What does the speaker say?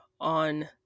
on